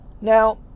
Now